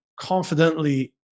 confidently